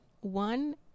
One